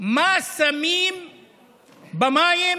מה שמים במים